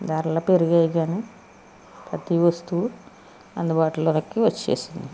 ధరలు పెరిగాయి కానీ ప్రతి వస్తువు అందుబాటులోకి వచ్చేసింది